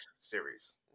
series